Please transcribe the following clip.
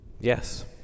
Yes